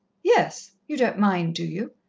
yes. you don't mind, do you?